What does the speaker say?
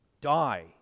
die